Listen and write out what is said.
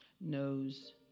knows